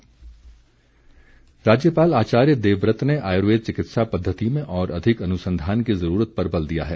राज्यपाल राज्यपाल आचार्य देवव्रत ने आयुर्वेद चिकित्सा पद्वति में और अधिक अनुसंधान की ज़रूरत पर बल दिया है